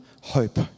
hope